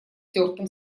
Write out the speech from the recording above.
тёртым